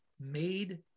made